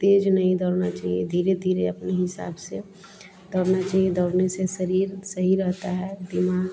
तेज नहीं दौड़ना चाहिए धीरे धीरे अपने हिसाब से दौड़ना चाहिए दौड़ने से शरीर सही रहता है दिमाग